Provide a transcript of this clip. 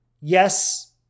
yes